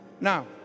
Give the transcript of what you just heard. Now